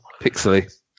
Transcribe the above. Pixely